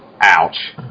Ouch